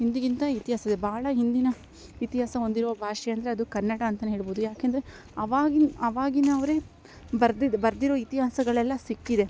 ಇಂದಿಗಿಂತ ಇತಿಹಾಸ ಇದೆ ಭಾಳ ಹಿಂದಿನ ಇತಿಹಾಸ ಹೊಂದಿರುವ ಭಾಷೆ ಅಂದರೆ ಅದು ಕನ್ನಡ ಅಂತೆಯೇ ಹೇಳಬೌದು ಯಾಕೆಂದ್ರೆ ಆವಾಗಿನ ಅವಾಗಿನವರೇ ಬರೆದಿದ್ದು ಬರೆದಿರೋ ಇತಿಹಾಸಗಳೆಲ್ಲ ಸಿಕ್ಕಿದೆ